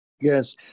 Yes